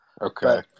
Okay